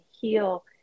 heal